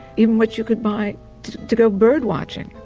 even what you could buy to go bird watching.